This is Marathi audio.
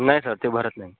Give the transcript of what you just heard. नाही सर ते भरत नाही